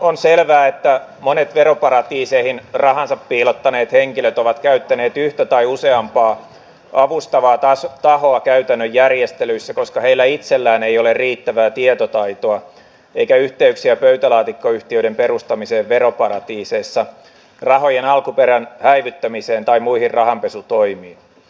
on selvää että monet veroparatiiseihin rahansa piilottaneet henkilöt ovat käyttäneet yhtä tai useampaa avustavaa tahoa käytännön järjestelyissä koska heillä itsellään ei ole riittävää tietotaitoa eikä yhteyksiä pöytälaatikkoyhtiöiden perustamiseen veroparatiiseissa rahojen alkuperän häivyttämiseen tai muihin rahanpesutoimiin